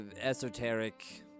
esoteric